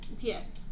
Yes